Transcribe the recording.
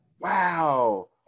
Wow